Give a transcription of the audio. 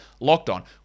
LOCKEDON